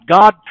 God